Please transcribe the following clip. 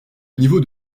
niveau